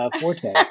Forte